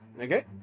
Okay